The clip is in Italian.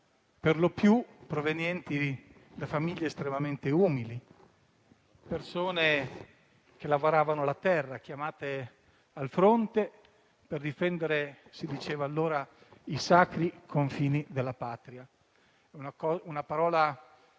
perlopiù provenienti da famiglie estremamente umili. Persone che lavoravano la terra, chiamate al fronte per difendere, come si diceva allora, i sacri confini della Patria. Una parola